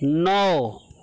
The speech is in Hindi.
नौ